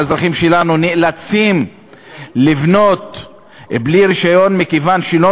האזרחים שלנו נאלצים לבנות בלי רישיון מכיוון שלא